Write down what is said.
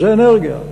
זה אנרגיה,